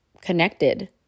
connected